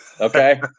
Okay